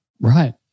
Right